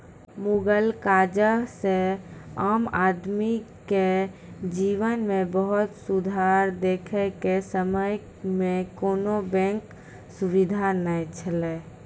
मुगल काजह से आम आदमी के जिवन मे बहुत सुधार देखे के समय मे कोनो बेंक सुबिधा नै छैले